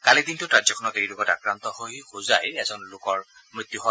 কালিৰ দিনটোত ৰাজ্যখনত এই ৰোগত আক্ৰান্ত হৈ হোজাইৰ এজন লোকৰ মৃত্যু হয়